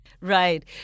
Right